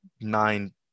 nine